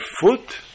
foot